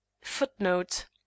footnote